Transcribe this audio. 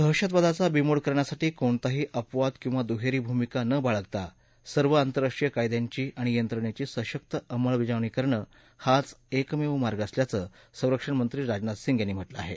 दहशतवादाचा बिमोड करण्यासाठी कोणताही अपवाद किंवा दुहेरी भूमिका न बाळगता सर्व आंतरराष्ट्रीय कायद्यांची आणि यंत्रणेची सशक्त अंमलबजावणी करणं हाच एकमेव मार्ग असल्याचं संरक्षण मंत्री राजनाथ सिंग यांनी म्हटलं आहे